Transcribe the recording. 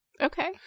Okay